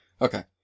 Okay